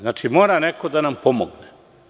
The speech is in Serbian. Znači, mora neko da nam pomogne.